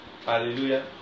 Hallelujah